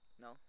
no